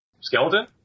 Skeleton